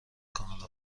کانادا